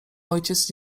ojciec